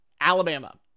Alabama